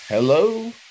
Hello